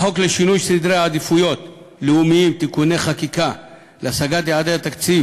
בחוק לשינוי סדרי עדיפויות לאומיים (תיקוני חקיקה להשגת יעדי התקציב